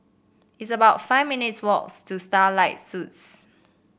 it's about five minutes' walks to Starlight Suites